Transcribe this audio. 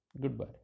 goodbye